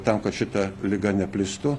tam kad šita liga neplistų